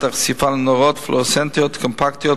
את החשיפה לנורות פלואורסצנטיות קומפקטיות,